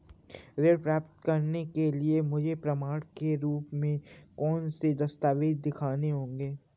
ऋण प्राप्त करने के लिए मुझे प्रमाण के रूप में कौन से दस्तावेज़ दिखाने होंगे?